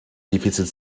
дефицит